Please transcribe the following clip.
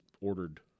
ordered